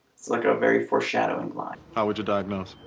it's like a very foreshadowing fly. how would you diagnose?